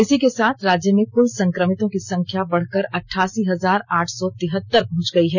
इसी के साथ राज्य में कुल संक्रमितों की संख्या बढ़कर अट्ठासी हजार आठ सौ तिहतर पहुंच गई है